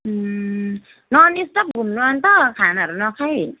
नजिक त घुम्नु अन्त खानाहरू नखाई